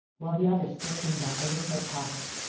while the other slipped into my overcoat pocket,